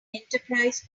enterprise